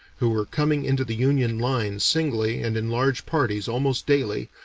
who were coming into the union lines singly and in large parties almost daily,